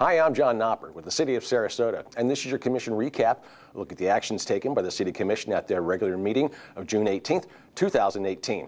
am john with the city of sarasota and this is a commission recap look at the actions taken by the city commission at their regular meeting of june eighteenth two thousand and eighteen